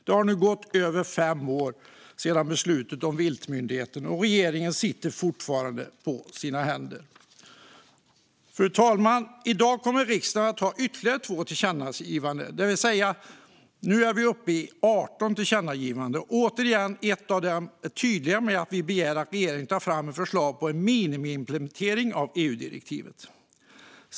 Det har nu gått över fem år sedan beslutet om viltmyndigheten, och regeringen sitter fortfarande på sina händer. Fru talman! I dag kommer riksdagen att ta beslut om ytterligare två tillkännagivanden, och därmed är vi uppe i 18 tillkännagivanden. Återigen är ett av dem tydligt med att vi begär att regeringen tar fram ett förslag på en minimiimplementering av EU-direktivet.